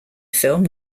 film